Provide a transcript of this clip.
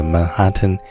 Manhattan